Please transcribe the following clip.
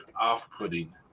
off-putting